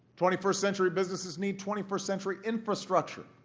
twenty first century businesses need twenty first century infrastructure,